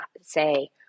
say